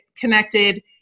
connected